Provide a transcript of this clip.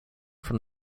from